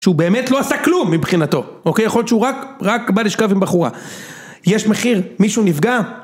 שהוא באמת לא עשה כלום מבחינתו, אוקיי, יכול להיות שהוא רק בא לשכב עם בחורה יש מחיר, מישהו נפגע